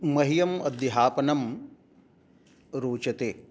मह्यम् अध्यापनं रोचते